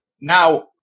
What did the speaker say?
Now